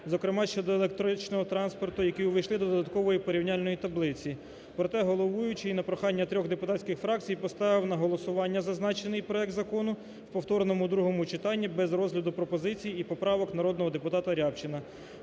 зокрема щодо електричного транспорту, які увійшли до додаткової порівняльної таблиці. Проте головуючий на прохання трьох депутатських фракцій поставив на голосування зазначений проект закону у повторному другому читанні без розгляду пропозицій і поправок народного депутата Рябчина.